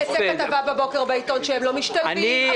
תצא כתבה בבוקר בעיתון שהם לא משתלבים.